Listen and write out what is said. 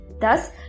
Thus